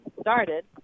started